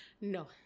No